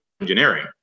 engineering